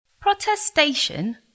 Protestation